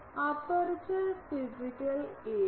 aperture physical area